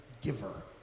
giver